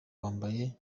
wambaye